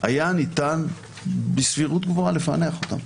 היה ניתן בסבירות גבוהה לפענח אותם.